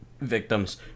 victims